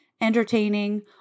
entertaining